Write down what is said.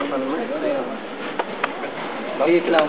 חבר הכנסת אשר היקר,